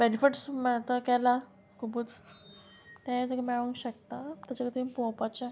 benefits मॅट केला खुबूच तें तुका मेळोंक शकता तेज्या खातीर पोवपाचें